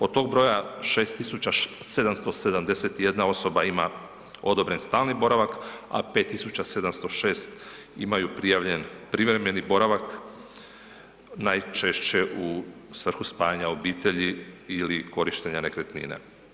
Od tog broja, 6 771 osoba ima odobren stalni boravak a 5 706 imaju prijavljen privremeni boravak, najčešće u svrhu spajanja obitelji ili korištenja nekretnina.